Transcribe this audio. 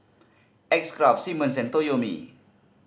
X Craft Simmons and Toyomi